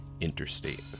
interstate